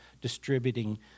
distributing